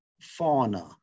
fauna